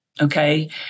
Okay